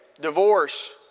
Divorce